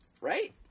Right